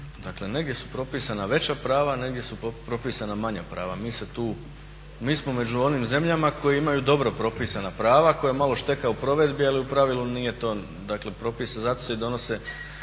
dakle negdje su propisana veća prava, negdje su propisana manja prava, mi smo među onim zemljama koje imaju dobro propisana prava, koje malo šteka u provedbi, ali u pravilu nije to dakle … zato se i donose